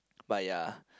but ya